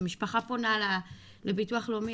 וכשמשפחה פונה לביטוח לאומי,